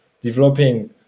developing